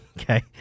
Okay